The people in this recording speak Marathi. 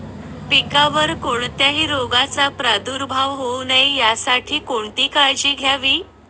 पिकावर कोणत्याही रोगाचा प्रादुर्भाव होऊ नये यासाठी कोणती काळजी घ्यावी?